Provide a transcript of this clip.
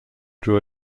drew